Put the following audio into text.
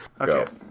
okay